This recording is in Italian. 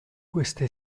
questa